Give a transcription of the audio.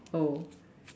oh